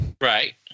Right